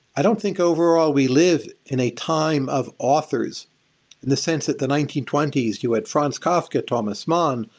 i don't think, overall, we live in a time of authors. in the sense, at the nineteen twenty s, you had franz kafka, thomas mann,